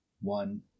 One